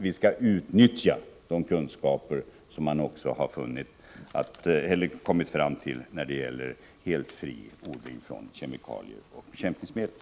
Vi skall också utnyttja kunskaper som kommit fram när det gäller att odla helt fritt från kemikalier och bekämpningsmedel.